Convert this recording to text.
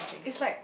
it's like